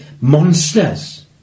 monsters